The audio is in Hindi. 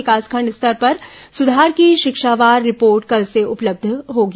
विकासखंड स्तर पर सुधार की शिक्षावार रिपोर्ट कल से उपलब्ध होगी